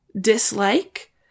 dislike